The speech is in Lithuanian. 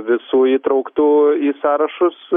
visų įtrauktų į sąrašus